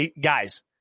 guys